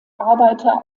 arbeiter